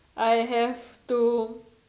I have to